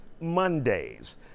Mondays